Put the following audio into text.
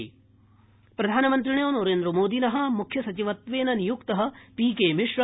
प्रधानमन्त्री मुख्य सचिव प्रधानमन्त्रिणो नरेन्द्रमोदिन मुख्यसचिवत्वेन नियुक्त पीके मिश्र